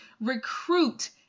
recruit